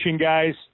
guys